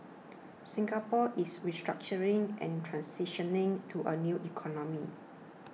Singapore is restructuring and transitioning to a new economy